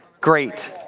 great